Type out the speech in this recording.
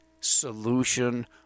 solution